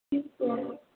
ठीक है